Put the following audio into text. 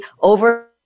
over